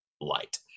light